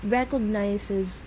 recognizes